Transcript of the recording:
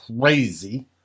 crazy